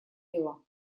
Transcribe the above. дела